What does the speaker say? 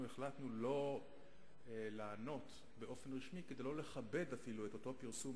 רצוני לשאול: 1. מה נעשה נגד האתר והשמצותיו?